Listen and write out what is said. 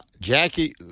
Jackie